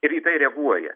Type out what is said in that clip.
ir į tai reaguoja